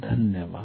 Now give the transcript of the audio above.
धन्यवाद